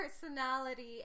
personality